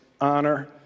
honor